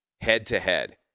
head-to-head